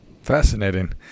fascinating